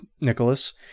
Nicholas